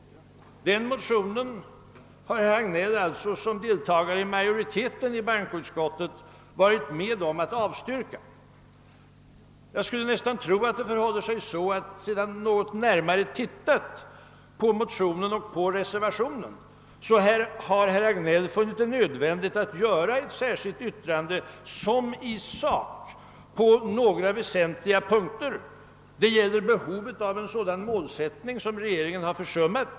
Eftersom herr Hagnell ingår i bankoutskottets majoritet har han varit med om att avstyrka den motionen. Men jag skulle tro att sedan herr Hagnell litet närmare studerat motionen och reservationen har han funnit det nödvändigt att skriva ett särskilt yttrande som på några väsentliga punkter i sak innebär att vi är i behov av en sådan målsättning som regeringen har försummat.